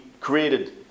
created